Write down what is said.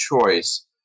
choice